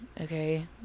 Okay